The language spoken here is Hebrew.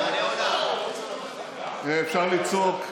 אפשר לצעוק,